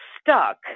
stuck